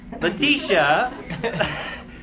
Letitia